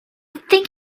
think